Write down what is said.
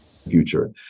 future